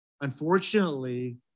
Unfortunately